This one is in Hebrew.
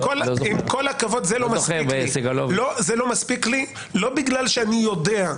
עם כל הכבוד, זה לא מספיק לי לא בגלל שאני יודע.